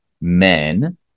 men